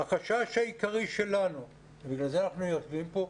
החשש העיקרי שלנו ובגלל זה אנחנו יושבים פה,